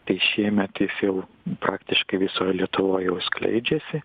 tai šiemet jau praktiškai visoj lietuvoj jau skleidžiasi